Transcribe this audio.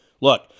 Look